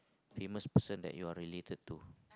famous person that you are related to